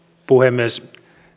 puhemies